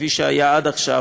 כפי שהיה עד עכשיו,